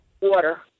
water